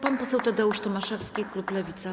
Pan poseł Tadeusz Tomaszewski, klub Lewica.